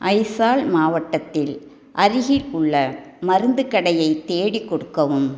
அய்சால் மாவட்டத்தில் அருகில் உள்ள மருந்து கடையை தேடி கொடுக்கவும்